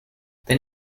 then